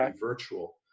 virtual